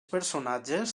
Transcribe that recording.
personatges